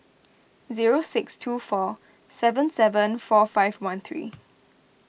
zero six two four seven seven four five one three